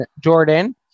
jordan